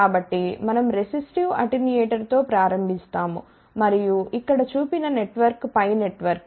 కాబట్టి మనం రెసిస్టివ్ అటెన్యూయేటర్తో ప్రారంభిస్తాము మరియు ఇక్కడ చూపిన నెట్వర్క్ π నెట్వర్క్